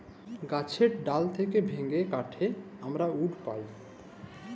গাহাচের ডাল থ্যাইকে ভাইঙে কাটে আমরা উড পায়